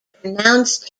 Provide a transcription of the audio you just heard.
pronounced